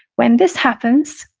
when this happens,